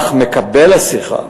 אך מקבל השיחה,